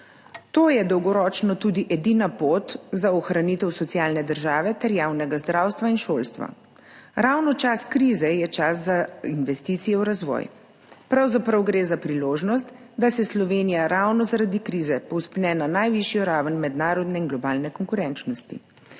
To je dolgoročno tudi edina pot za ohranitev socialne države ter javnega zdravstva in šolstva. Ravno čas krize je čas za investicije v razvoj. Pravzaprav gre za priložnost, da se Slovenija ravno zaradi krize povzpne na najvišjo raven mednarodne in globalne konkurenčnosti.